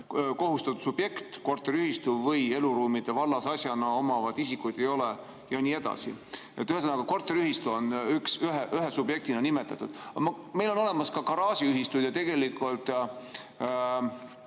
kohustatud subjekt, korteriühistu või eluruume vallasasjana omavad isikud ei ole ..." jne. Ühesõnaga, korteriühistu on ühe subjektina nimetatud. Aga meil on olemas ka garaažiühistud ja tegelikult